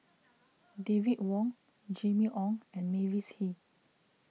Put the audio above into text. David Wong Jimmy Ong and Mavis Hee